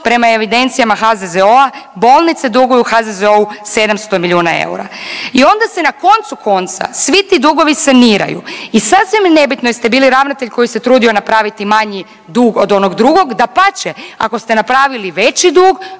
prema evidencijama HZZO-a bolnice duguju HZZO-u 700 milijuna eura. I onda se na koncu konca svi ti dugovi saniraju i sasvim je nebitno jeste bili ravnatelj koji se trudio napraviti manji dug od onog drugog, dapače, ako ste napravili veći dug